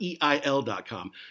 EIL.com